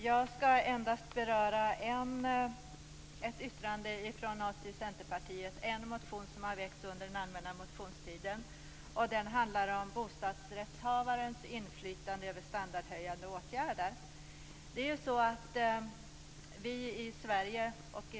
Fru talman! Jag skall endast beröra en centermotion som väckts under den allmänna motionstiden. Den handlar om bostadsrättshavarens inflytande över standardhöjande åtgärder.